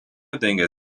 dengia